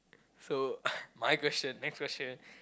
so my question next question